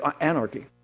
anarchy